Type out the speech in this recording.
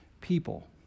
people